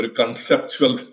conceptual